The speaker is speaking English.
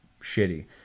shitty